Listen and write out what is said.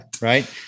Right